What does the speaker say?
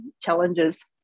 challenges